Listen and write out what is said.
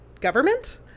government